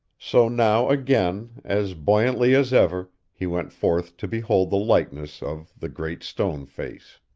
so now again, as buoyantly as ever, he went forth to behold the likeness of the great stone face.